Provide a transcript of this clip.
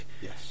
yes